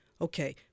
Okay